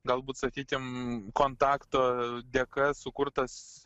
galbūt sakykim kontakto dėka sukurtas